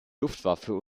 luftwaffe